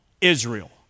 Israel